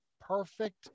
perfect